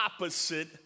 opposite